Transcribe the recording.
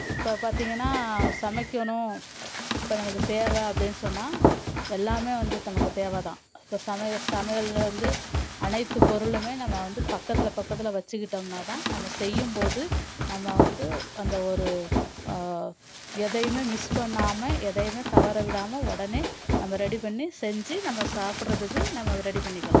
இப்போ பார்த்தீங்கன்னா சமைக்கணும் இப்போ நமக்கு தேவை அப்படின்னு சொன்னால் எல்லாமே வந்து நமக்கு தேவை தான் இப்போ சமய சமையல்ல வந்து அனைத்து பொருளுமே நம்ம வந்து பக்கத்தில் பக்கத்தில் வச்சிக்கிட்டோம்னா தான் நம்ம செய்யும் போது நம்ம வந்து அந்த ஒரு எதையும் மிஸ் பண்ணாமல் எதையுமே தவற விடாமல் உடனே நம்ம ரெடி பண்ணி செஞ்சு நம்ம சாப்புடுறதுக்கு நமக்கு ரெடி பண்ணிக்கலாம்